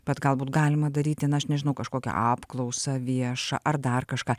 bet galbūt galima daryti na aš nežinau kažkokią apklausą viešą ar dar kažką